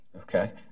Okay